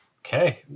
Okay